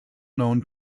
known